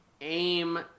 aim